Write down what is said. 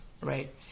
right